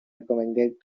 recommended